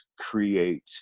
create